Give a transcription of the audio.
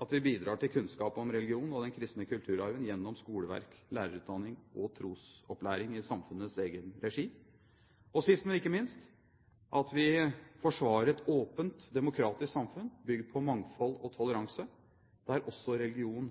at vi bidrar til kunnskap om religion og den kristne kulturarv gjennom skoleverk, lærerutdanning og trosopplæring i samfunnets egen regi, og sist, men ikke minst, at vi forsvarer et åpent demokratisk samfunn bygd på mangfold og toleranse, der også religion